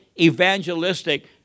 evangelistic